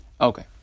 Okay